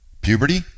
Puberty